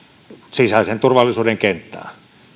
sisäisen turvallisuuden kenttään